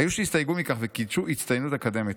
היו שהסתייגו מכך וקידשו הצטיינות אקדמית.